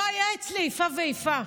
לא היה אצלי איפה ואיפה.